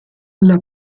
alla